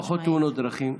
על פחות תאונות דרכים.